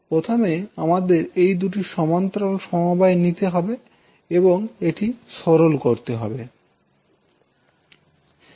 প্রথমে আমাদের এই দুটি সমান্তরাল সমবায় নিতে হবে এবং এটি সরল করতে হবে